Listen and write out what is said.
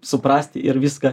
suprasti ir viską